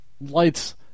lights